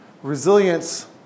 Resilience